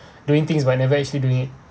doing things whenever actually doing it